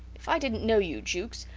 if i didnt know you, jukes,